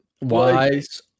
Wise